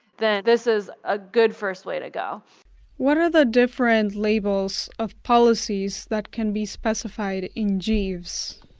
that this is a good first way to go what are the different labels of policies that can be specified in jeeves?